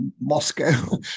Moscow